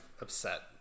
Upset